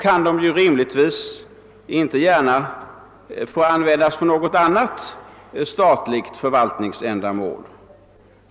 kan de ju rimligtvis inte heller få användas för något annat statligt förvaltningsändamål.